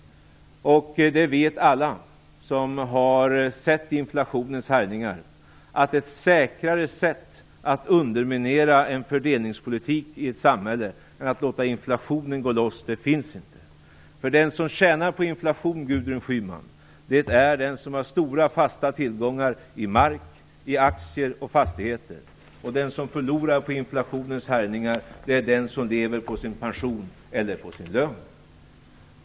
Alla som sett inflationens härjningar vet att ett säkrare sätt att underminera en fördelningspolitik i ett samhälle än att låta inflationen gå loss, det finns inte. Den som tjänar på inflation, Gudrun Schyman, är den som har stora fasta tillgångar i mark, aktier och fastigheter, och den som förlorar på inflationens härjningar är den som lever på sin pension eller på sin lön.